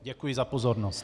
Děkuji za pozornost.